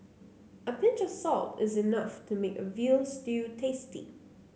a pinch of salt is enough to make a veal stew tasty